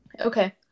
okay